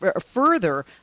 further